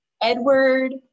Edward